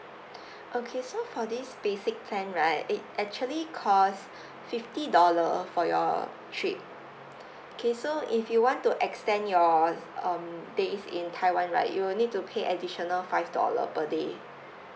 okay so for this basic plan right it actually cost fifty dollar for your trip okay so if you want to extend your um days in taiwan right you will need to pay additional five dollar per day